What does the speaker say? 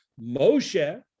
Moshe